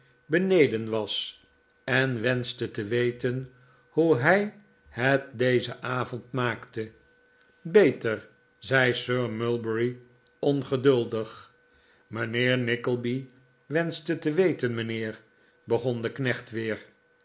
beneden was en wenschte te weten hoe hij het dezen avond maakte beter zei sir mulberry ongeduldig mijnheer nickleby wenschte te weten mijnheer begon de knecht weer